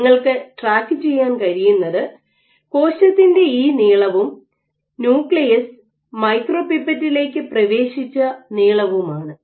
നിങ്ങൾക്ക് ട്രാക്ക് ചെയ്യാൻ കഴിയുന്നത് കോശത്തിന്റെ ഈ നീളവും ന്യൂക്ലിയസ് മൈക്രോപിപ്പറ്റിലേക്ക് പ്രവേശിച്ച നീളവും ആണ്